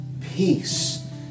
peace